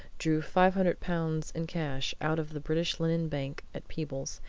drew five hundred pounds in cash out of the british linen bank at peebles,